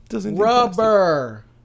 Rubber